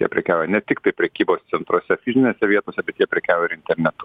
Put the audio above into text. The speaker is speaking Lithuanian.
jie prekiauja ne tiktai prekybos centruose fizinėse vietose bet jie prekiauja ir internetu